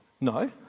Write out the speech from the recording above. no